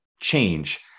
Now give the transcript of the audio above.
change